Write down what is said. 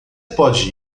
pode